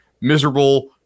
miserable